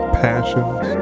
passions